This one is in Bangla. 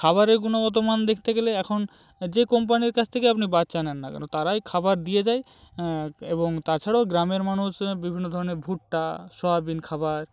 খাবারের গুণগত মান দেখতে গেলে এখন যে কোম্পানির কাছ থেকে আপনি বাচ্চা নেন না কেন তারাই খাবার দিয়ে যায় এবং তাছাড়াও গ্রামের মানুষ বিভিন্ন ধরনের ভুট্টা সোয়াবিন খাবার